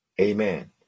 Amen